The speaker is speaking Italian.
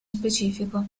specifico